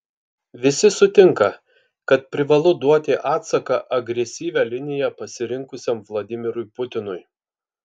visi sutinka kad privalu duoti atsaką agresyvią liniją pasirinkusiam vladimirui putinui